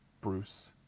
Bruce